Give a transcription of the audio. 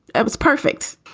it was perfect.